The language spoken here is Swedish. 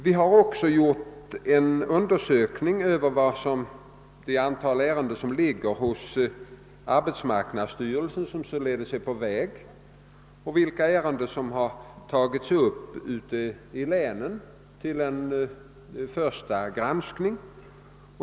Vi har också undersökt hur många ärenden som ligger hos arbetsmarknadsstyrelsen och således är på väg och hur många ärenden som i länen har tagits upp till en första granskning.